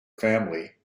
family